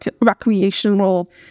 recreational